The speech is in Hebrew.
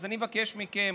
אז אני מבקש מכם,